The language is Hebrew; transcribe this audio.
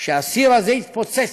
כשהסיר הזה יתפוצץ,